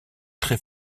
très